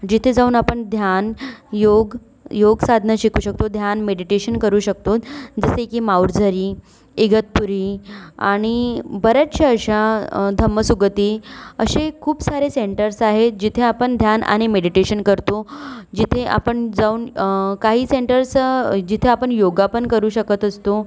जिथे जाऊन आपण ध्यान योग योग साधना शिकू शकतो ध्यान मेडीटेशन करू शकतो जसे की माउट झरी इगतपुरी आणि बरेचशा अशा धम्मसुगती असे खूप सारे सेंटर्स आहेत जिथे आपण ध्यान आणि मेडीटेशन करतो जिथे आपण जाऊन काही सेंटर्स जिथे आपण योगा पण करू शकत असतो